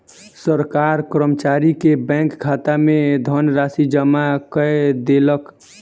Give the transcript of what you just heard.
सरकार कर्मचारी के बैंक खाता में धनराशि जमा कय देलक